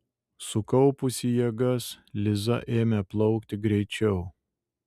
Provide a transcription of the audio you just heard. sukaupusi jėgas liza ėmė plaukti greičiau